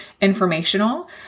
informational